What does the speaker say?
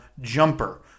Jumper